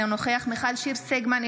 אינו נוכח מיכל שיר סגמן,